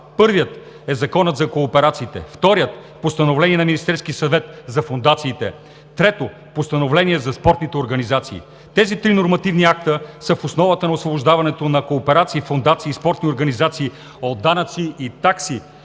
Първият е Законът за кооперациите; вторият – постановление на Министерския съвет за фондациите, трето, постановление за спортните организации. Тези три нормативни акта са в основата на освобождаването на кооперации, фондации и спортни организации от данъци и такси,